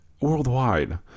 worldwide